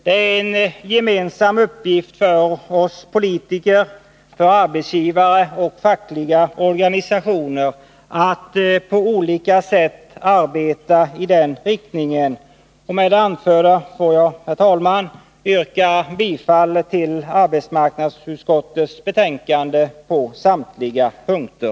Det är en gemensam uppgift för oss politiker, arbetsgivare och fackliga organisationer att på olika sätt arbeta i den riktningen. Med det anförda får jag yrka bifall till arbetsmarknadsutskottets betänkande på samtliga punkter.